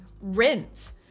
rent